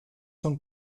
son